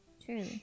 True